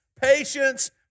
patience